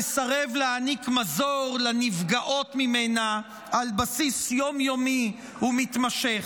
מסרב להעניק מזור לנפגעות ממנה על בסיס יום-יומי ומתמשך.